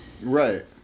Right